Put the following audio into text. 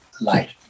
life